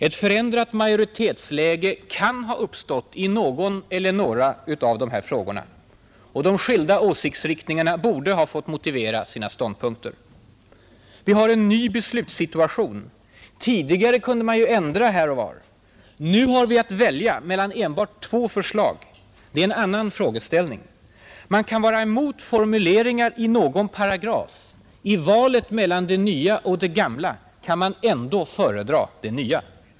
Ett förändrat majoritetsläge kan ha uppstått i någon eller några av dessa frågor och de skilda åsiktsriktningarna borde ha fått motivera sina ståndpunkter. Vi har en ny beslutssituation. Tidigare kunde man ändra här och där. Nu har vi att välja mellan enbart två förslag. Det är en annan frågeställning. Man kan vara mot formuleringar i någon paragraf — i valet mellan det nya och det gamla kan man ändå föredra det nya.